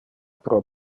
pro